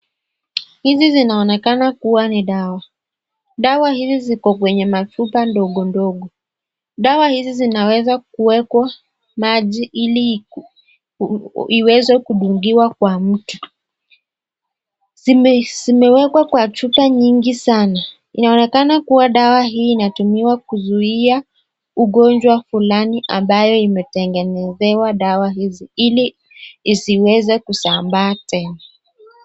Hizi zinaonekana kuwa ni dawa. Dawa hizi ziko kwenye machupa ndogo ndogo. Dawa hizi zinaweza kuwekwa maji ili iweze kudungiwa kwa mtu. Zimewekwa kwa chupa nyingi sana. Inaonekana kuwa dawa hii inatumiwa kuzuia ugonjwa fulani ambayo imetengenezewa dawa hizi ili usiweze kusambaa tena.